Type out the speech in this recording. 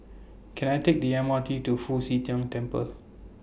Can I Take The M R T to Fu Xi Tang Temple